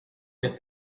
with